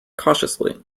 cautiously